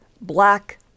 black